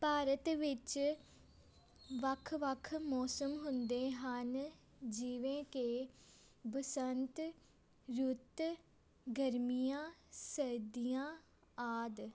ਭਾਰਤ ਵਿੱਚ ਵੱਖ ਵੱਖ ਮੌਸਮ ਹੁੰਦੇ ਹਨ ਜਿਵੇਂ ਕਿ ਬਸੰਤ ਰੁੱਤ ਗਰਮੀਆਂ ਸਰਦੀਆਂ ਆਦਿ